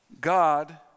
God